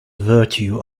virtue